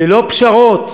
ללא פשרות,